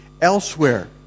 elsewhere